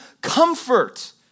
comfort